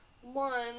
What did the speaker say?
One